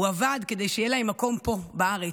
הוא עבד כדי שיהיה להם מקום פה בארץ,